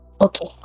okay